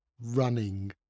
running